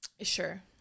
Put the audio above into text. Sure